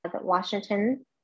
Washington